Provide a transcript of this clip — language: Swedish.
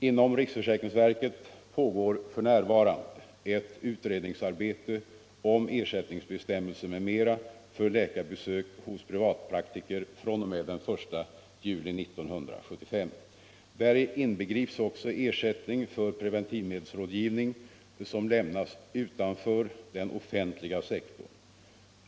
Inom riksförsäkringsverket pågår f. n. ett utredningsarbete om ersättningsbestämmelser m.m. för läkarbesök hos privatpraktiker fr.o.m. den 1 juli 1975. Däri inbegrips också ersättning för preventivmedelsrådgivning som lämnas utanför den offentliga sektorn.